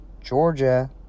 Georgia